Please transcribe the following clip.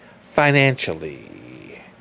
financially